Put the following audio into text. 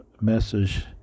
message